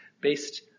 based